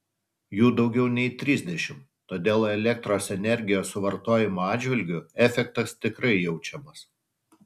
jų daugiau nei trisdešimt todėl elektros energijos suvartojimo atžvilgiu efektas tikrai jaučiamas